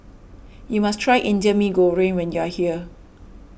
you must try Indian Mee Goreng when you are here